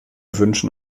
wünschen